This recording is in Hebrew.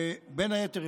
בין היתר,